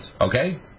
Okay